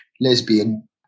lesbian